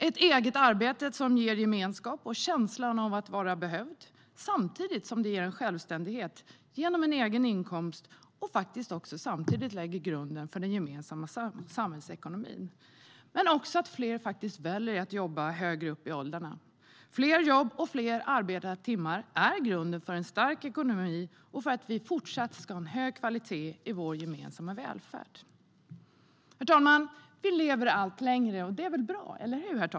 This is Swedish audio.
Ett eget arbete ger gemenskap och känslan av att vara behövd samtidigt som det ger självständighet genom en egen inkomst och lägger grunden för den gemensamma samhällsekonomin. Vi måste också se till att fler väljer att jobba högre upp i åldrarna. Fler jobb och fler arbetade timmar är grunden för en stark ekonomi och för att vi ska fortsätta att ha en hög kvalitet i vår gemensamma välfärd. Herr talman! Vi lever allt längre, och det är bra, eller hur?